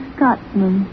Scotsman